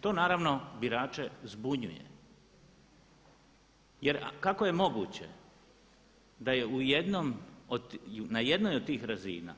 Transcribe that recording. To naravno birače zbunjuje, jer kako je moguće da je u jednom, na jednoj od tih razina